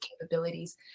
capabilities